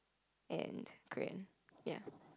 and Korean ya